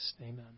Amen